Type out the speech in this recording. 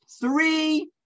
three